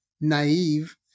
naive